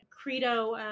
Credo